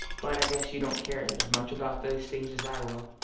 but i guess you dont care as much about these things as i will.